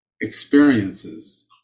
experiences